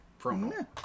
promo